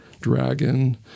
dragon